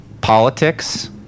politics